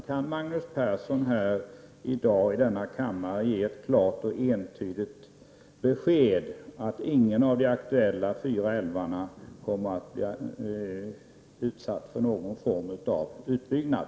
Kan Magnus Persson i dag i denna kammare ge ett klart och entydigt besked om att ingen av de aktuella fyra älvarna kommer att i någon form bli utsatt för utbyggnad?